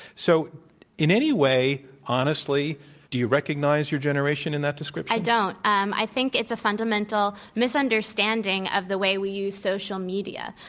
so in any way honestly do you recognize your generation in that description? i don't. um i think it's a fundamental misunderstanding of the way we use social media.